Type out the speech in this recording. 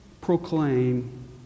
proclaim